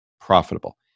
profitable